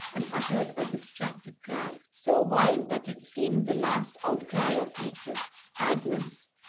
and uttered a distracted cry, so wild that it seemed the last outcry of nature agnes!